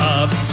up